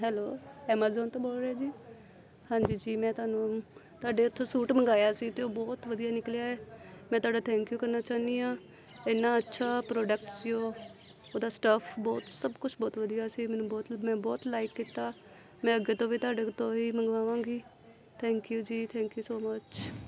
hello Amazon ਤੋਂ ਬੋਲ ਰਹੇ ਜੀ ਹਾਂਜੀ ਜੀ ਮੈਂ ਤੁਹਾਨੂੰ ਤੁਹਾਡੇ ਇੱਥੋਂ ਸੂਟ ਮੰਗਾਇਆ ਸੀ ਅਤੇ ਉਹ ਬਹੁਤ ਵਧੀਆ ਨਿਕਲਿਆ ਹੈ ਮੈਂ ਤੁਹਾਡਾ ਥੈਂਕ ਯੂ ਕਰਨਾ ਚਾਹੁੰਦੀ ਹਾਂ ਇੰਨਾ ਅੱਛਾ ਪ੍ਰੋਡਕਟ ਸੀ ਉਹ ਉਹਦਾ ਸਟੱਫ ਬਹੁਤ ਸਭ ਕੁਛ ਬਹੁਤ ਵਧੀਆ ਸੀ ਮੈਨੂੰ ਬਹੁਤ ਮੈਂ ਬਹੁਤ ਲਾਈਕ ਕੀਤਾ ਮੈਂ ਅੱਗੇ ਤੋਂ ਵੀ ਤੁਹਾਡੇ ਤੋਂ ਹੀ ਮੰਗਵਾਵਾਂਗੀ ਥੈਂਕ ਯੂ ਜੀ ਥੈਂਕ ਯੂ ਸੋ ਮਚ